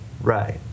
Right